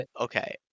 Okay